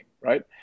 Right